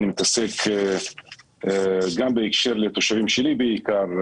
אני מתעסק גם בהקשר לתושבים שלי בעיקר,